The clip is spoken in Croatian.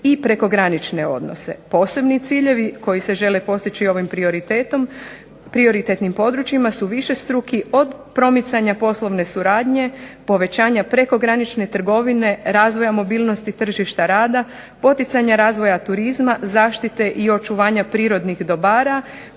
i prekogranične odnose. Posebni ciljevi koji se žele postići ovim prioritetom, prioritetnim područjima su višestruki, od promicanja poslovne suradnje, povećanja prekogranične trgovine, razvoja mobilnosti tržišta rada, poticanja razvoja turizma, zaštite i očuvanja prirodnih dobara